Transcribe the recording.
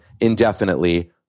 indefinitely